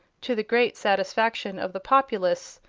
to the great satisfaction of the populace,